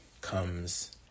comes